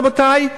רבותי,